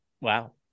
wow